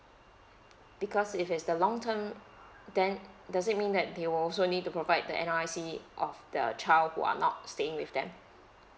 because if it's the long term then does it mean that they will also need to provide the N_R_I_C of the child who are not staying with them